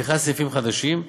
לפתיחת סניפים חדשים.